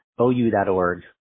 OU.org